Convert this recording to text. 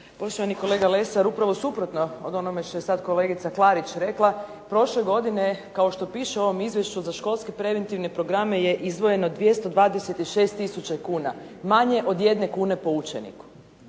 Poštovani kolega Lesar upravo suprotno od onoga što je sada kolegica Klarić rekla. Prošle godine, kao što piše u ovom izvješću, za školske preventivne programe je izdvojeno 226 tisuća kuna. Manje od 1 kune po učeniku.